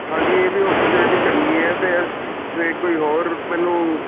ਹਾਂਜੀ ਇਹ ਵੀ ਓਪ੍ਰਚੂਨੀਟੀ ਚੰਗੀ ਐ ਤੇ ਜੇ ਕੋਈ ਹੋਰ ਮੈਨੂੰ